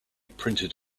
printed